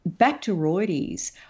bacteroides